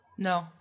No